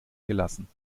gelassen